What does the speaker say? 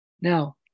Now